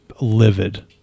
livid